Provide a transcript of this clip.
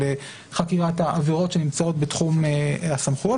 של חקירת העבירות שנמצאות בתחום הסמכויות